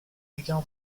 richiamo